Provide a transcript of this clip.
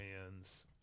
hands